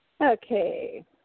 Okay